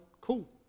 Cool